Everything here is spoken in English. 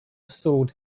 sword